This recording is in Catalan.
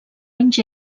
anys